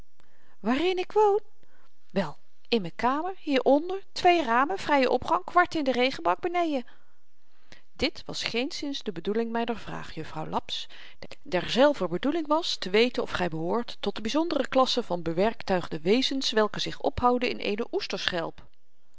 waarin ik woon wel in m'n kamer hieronder twee ramen vrye opgang kwart in den regenbak beneden dit was geenszins de bedoeling myner vraag juffrouw laps derzelver bedoeling was te weten of gy behoort tot de byzondere klasse van bewerktuigde wezens welke zich ophouden in